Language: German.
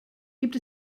gibt